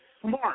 smart